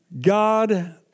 God